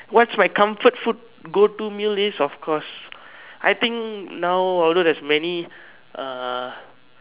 what's my comfort food go to meal is of course I think now although there's many uh